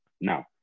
now